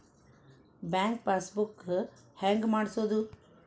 Bank passbook ಹೆಂಗ್ ಮಾಡ್ಸೋದು?